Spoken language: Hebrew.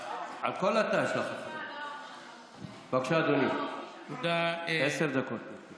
בבקשה, אדוני, עשר דקות לרשותך.